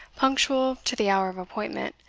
punctual to the hour of appointment,